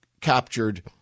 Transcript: captured